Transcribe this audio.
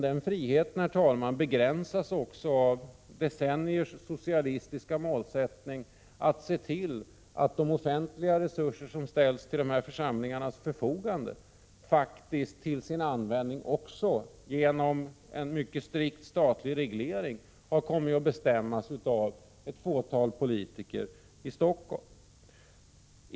Den friheten begränsas emellertid av en under decennier socialistisk målsättning, nämligen att användningen av de offentliga resurser som ställts till dessa församlingars förfogande har kommit att, genom en mycket strikt statlig reglering, bestämmas av ett fåtal politiker i Stockholm.